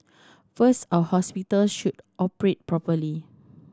first our hospitals should operate properly